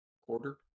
Quarter